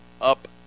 up